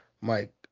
Mike